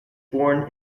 born